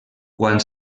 quan